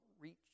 reach